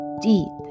deep